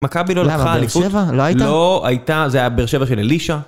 מכבי לא לקחה אליפות, לא הייתה, זה היה באר שבע של אלישע.